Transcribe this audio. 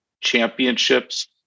championships